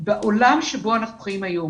בעולם בו אנחנו חיים היום,